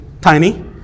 tiny